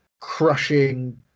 crushing